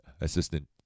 assistant